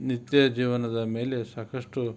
ನಿತ್ಯ ಜೀವನದ ಮೇಲೆ ಸಾಕಷ್ಟು